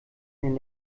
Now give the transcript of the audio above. den